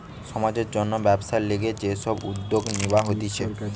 সমাজের জন্যে ব্যবসার লিগে যে সব উদ্যোগ নিবা হতিছে